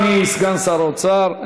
אדוני סגן שר האוצר,